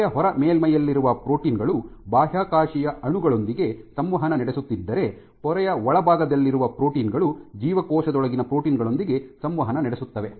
ಪೊರೆಯ ಹೊರ ಮೇಲ್ಮೈಯಲ್ಲಿರುವ ಪ್ರೋಟೀನ್ ಗಳು ಬಾಹ್ಯಕೋಶೀಯ ಅಣುಗಳೊಂದಿಗೆ ಸಂವಹನ ನಡೆಸುತ್ತಿದ್ದರೆ ಪೊರೆಯ ಒಳಭಾಗದಲ್ಲಿರುವ ಪ್ರೋಟೀನ್ ಗಳು ಜೀವಕೋಶದೊಳಗಿನ ಪ್ರೋಟೀನ್ ಗಳೊಂದಿಗೆ ಸಂವಹನ ನಡೆಸುತ್ತವೆ